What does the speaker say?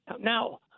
Now